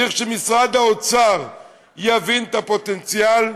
צריך שמשרד האוצר יבין את הפוטנציאל,